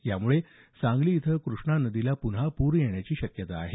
यामुळे सांगली इथं कृष्णा नदीला पुन्हा पूर येण्याची शक्यता आहे